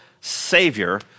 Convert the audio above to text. savior